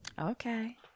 Okay